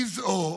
גזעו